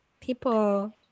people